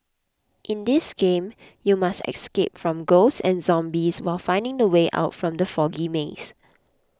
in this game you must escape from ghosts and zombies while finding the way out from the foggy maze